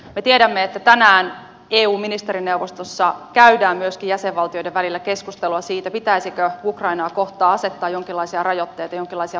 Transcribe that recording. me tiedämme että tänään eu ministerineuvostossa käydään myöskin jäsenvaltioiden välillä keskustelua siitä pitäisikö ukrainaa kohtaan asettaa jonkinlaisia rajoitteita jonkinlaisia pakotteita